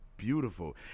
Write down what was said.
Beautiful